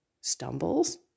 stumbles